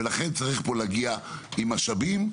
ולכן צריך להגיע פה עם משאבים.